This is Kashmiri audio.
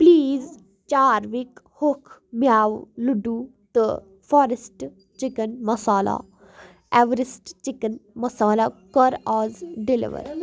پلیٖز چاروِک ہوٚکھ مٮ۪وٕ لُڈوٗ تہٕ forest chicken masala Everest chicken masala کر آز ڈیٚلِور